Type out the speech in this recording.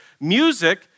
music